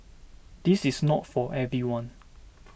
this is not for everyone